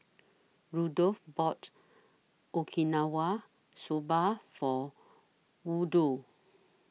Rudolf bought Okinawa Soba For Woodroe